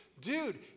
dude